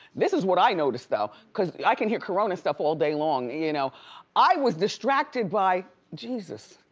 this is what i noticed though cause i can hear corona stuff all day long. you know i was distracted by jesus.